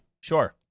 Sure